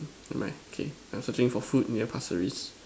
never mind okay I'm searching for food near Pasir-Ris